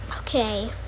okay